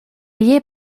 liées